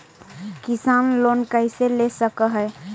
किसान लोन कैसे ले सक है?